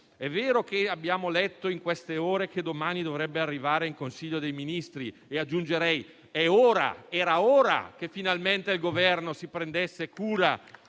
È vero che abbiamo letto in queste ore che domani dovrebbe arrivare in Consiglio dei ministri; e aggiungerei: era ora! Era ora che finalmente il Governo si prendesse cura